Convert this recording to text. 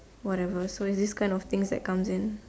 whatever so its this kind of thing that comes in